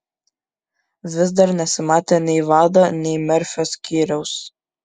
vis dar nesimatė nei vado nei merfio skyriaus